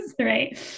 Right